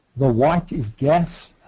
the white is gas.